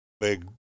big